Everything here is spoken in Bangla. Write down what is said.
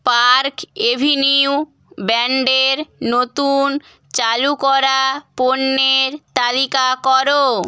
পার্ক অ্যাভিনিউ ব্র্যাণ্ডের নতুন চালু করা পণ্যের তালিকা করো